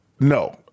no